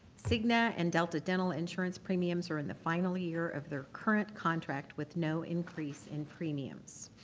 cigna and delta dental insurance premiums are in the final year of their current contract with no increase in premiums.